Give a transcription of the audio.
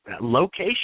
location